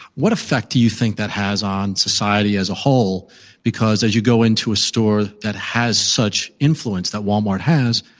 what effect do you think that has on society as a whole because, as you go into a store that has such influence that walmart has,